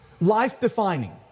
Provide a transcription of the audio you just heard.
Life-defining